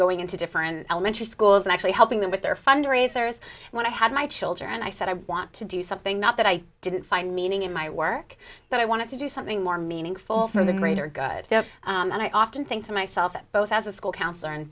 going into different elementary schools and actually helping them with their fundraisers when i had my children and i said i want to do something not that i didn't find meaning in my work but i wanted to do something more meaningful for the greater good and i often think to myself both as a school counselor and